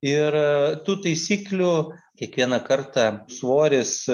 ir tų taisyklių kiekvieną kartą svoris